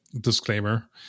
disclaimer